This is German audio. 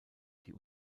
die